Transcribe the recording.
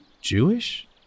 Jewish